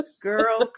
girl